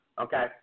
Okay